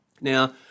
Now